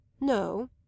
No